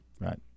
Right